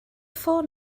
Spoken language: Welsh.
ffôn